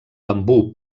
bambú